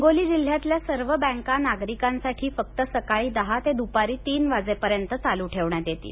हिंगोली जिल्ह्यातल्या सर्व बँका नागरिकांसाठी फक्त सकाळी दहा ते द्रपारी तीन वाजेपर्यंत चालू ठेवण्यात येतील